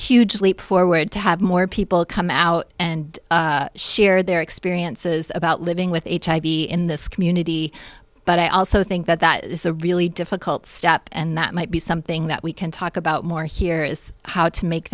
huge leap forward to have more people come out and share their experiences about living with hiv in this community but i also think that that is a really difficult step and that might be something that we can talk about more here is how to make